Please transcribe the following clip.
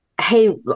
hey